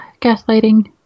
gaslighting